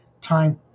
time